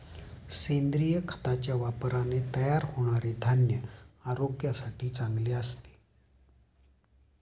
सेंद्रिय खताच्या वापराने तयार होणारे धान्य आरोग्यासाठी चांगले असते